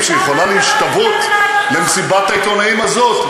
שיכולה להשתוות למסיבת העיתונאים הזאת,